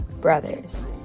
brothers